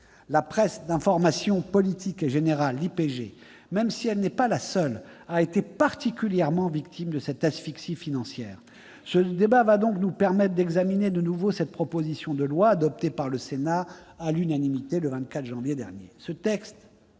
La presse d'information politique et générale, même si elle n'est pas la seule, a été particulièrement victime de cette asphyxie financière. Le présent débat va nous permettre d'examiner de nouveau cette proposition de loi adoptée par le Sénat, à l'unanimité, le 24 janvier dernier. Ce texte